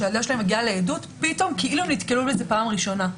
שהילדה שלהם מגיעה לעדות פתאום כאילו הם נתקלו בזה בפעם הראשונה.